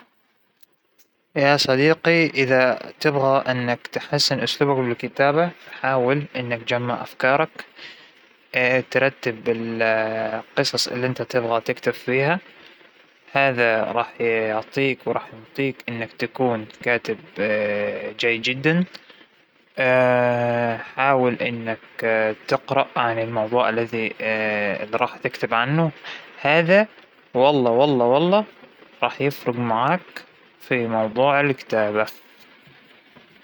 الكتابة الجيدة أساسها قراءة جيدة، انت ما فيك تصير كاتب مبدع إلا إذا أتاثرت بأفكار الآخرين، طرقهم أساليبهم سردهم روايتهم، كل هذا راح يقوى جانب الأبداع عندك وبيخليك تصير شخص أفضل بأفكار أكثر، بطرق متعددة للكتابة وهكذا، لكن أنه ما فى قراية ما فى أبداع.